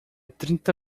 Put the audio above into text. trinta